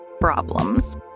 problems